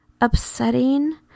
upsetting